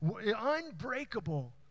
Unbreakable